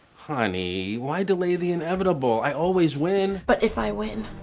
honey, why delay the inevitable? i always win. but if i win,